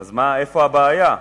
אז איפה הבעיה?